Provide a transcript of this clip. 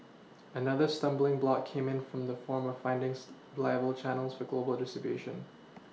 another stumbling block came in in the form of findings reliable Channels for global distribution